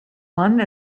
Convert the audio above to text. one